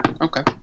Okay